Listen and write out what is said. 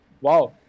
Wow